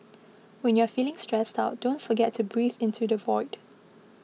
when you are feeling stressed out don't forget to breathe into the void